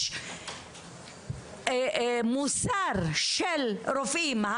יש מוסר של רופאים.